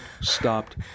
stopped